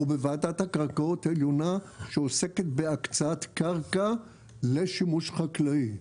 ובוועדת הקרקעות העליונה שעוסקת בהקצאת קרקע לשימוש חקלאי.